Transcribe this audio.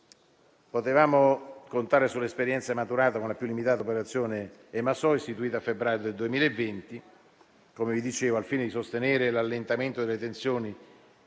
Potevamo contare sull'esperienza maturata con la più limitata operazione Emasoh, istituita nel febbraio 2020 al fine di sostenere l'allentamento delle tensioni